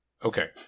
Okay